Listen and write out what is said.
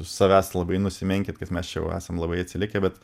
savęs labai nusimenkit kad mes čia esam labai atsilikę bet